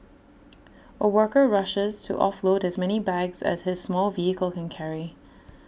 A worker rushes to offload as many bags as his small vehicle can carry